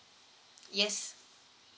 yes